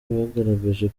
bagaragaje